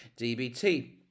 DBT